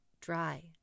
dry